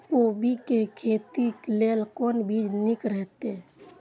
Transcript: कोबी के खेती लेल कोन बीज निक रहैत?